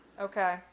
okay